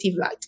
light